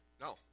No